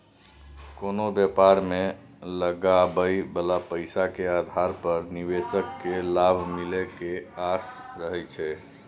कोनो व्यापार मे लगाबइ बला पैसा के आधार पर निवेशक केँ लाभ मिले के आस रहइ छै